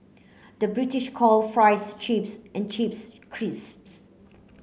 the British calls fries chips and chips crisps